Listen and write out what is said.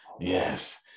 yes